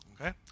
Okay